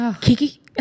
Kiki